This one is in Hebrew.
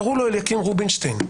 קראו לו אליקים רובינשטיין,